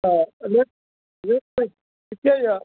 तऽ rate rate तऽ ठीके यऽ